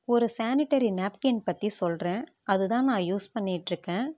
ஒரு sanitary napkin பற்றி சொல்கிறேன் அதுதான் நான் யூஸ் பண்ணிகிட்டு இருக்கேன்